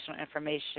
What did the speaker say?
information